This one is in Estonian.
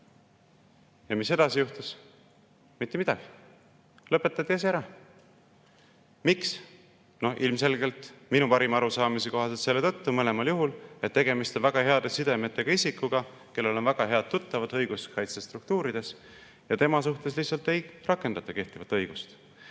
Ja mis edasi juhtus? Mitte midagi. Lõpetati asi ära. Miks? Ilmselgelt – minu parima arusaamise kohaselt – mõlemal juhul selle tõttu, et tegemist on väga heade sidemetega isikuga, kellel on väga head tuttavad õiguskaitsestruktuurides, ja tema suhtes lihtsalt ei rakendata kehtivat õigust.